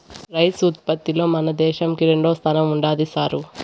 rice ఉత్పత్తిలో మన దేశంకి రెండోస్థానం ఉండాది సారూ